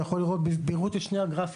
אתה יכול לראות פירוט של שני הגרפים,